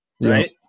right